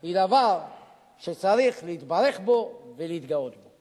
היא דבר שצריך להתברך בו ולהתגאות בו.